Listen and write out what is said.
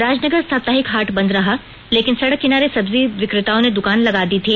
राजनगर साप्ताहिक हाट बंद रहा लेकिन सड़क किनारे सब्जी सब्जी विक्रेताओं ने द्कान लगा दी थी